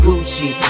Gucci